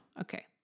okay